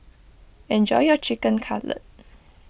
enjoy your Chicken Cutlet